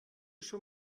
schon